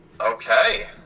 Okay